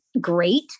great